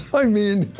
i mean,